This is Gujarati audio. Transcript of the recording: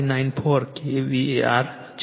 594 kVAr છે